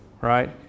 right